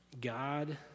God